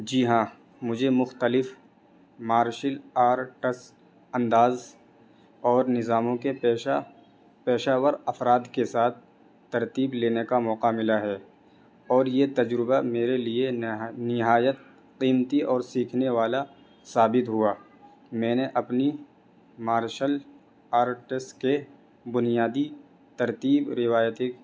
جی ہاں مجھے مختلف مارشل آرٹس انداز اور نظاموں کے پیشہ پیشہ ور افراد کے ساتھ ترتیب لینے کا موقع ملا ہے اور یہ تجربہ میرے لیے نہایت قیمتی اور سیکھنے والا ثابت ہوا میں نے اپنی مارشل آرٹس کے بنیادی ترتیب روایتی